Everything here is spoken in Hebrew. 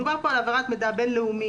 מדובר כאן על העברת מידע בין-לאומי.